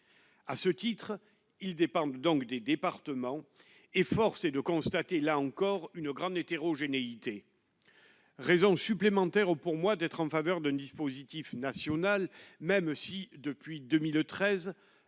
à ce titre ils dépendent donc des départements et force est de constater, là encore une grande hétérogénéité, raison supplémentaire aux pour moi d'être en faveur d'un dispositif national, même si depuis 2013,